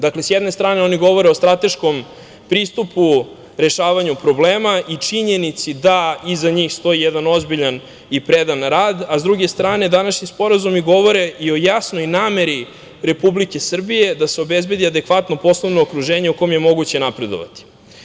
Dakle, sa jedne strane oni govore o strateškom pristupu rešavanju problema i činjenici da iza njih stoji jedan ozbiljan i predan rad, a sa druge strane današnji sporazumi govore i o jasnoj nameri Republike Srbije da se obezbedi adekvatno poslovno okruženje u kom je moguće napredovati.